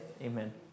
amen